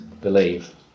believe